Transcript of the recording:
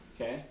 okay